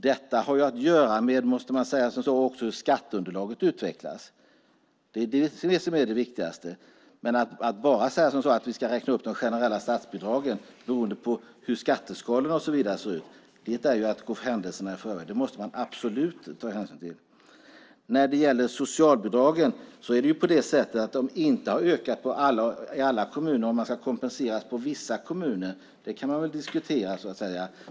Detta har att göra med, måste man säga, också hur skatteunderlaget utvecklas. Det är det som är det viktigaste. Att bara säga som så att vi ska räkna upp de generella statsbidragen, beroende på hur skatteskalor och så vidare ser ut, är ju att gå händelserna i förväg. Det måste man absolut ta hänsyn till. Socialbidragen har inte ökat i alla kommuner. Om man ska kompensera vissa kommuner kan man väl diskutera, så att säga.